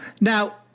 Now